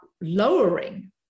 lowering